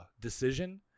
decision